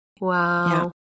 Wow